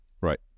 Right